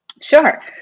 Sure